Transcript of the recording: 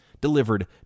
delivered